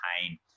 pain